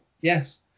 yes